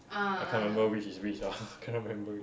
I can't remember which is which lah cannot remember it